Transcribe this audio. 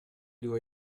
dois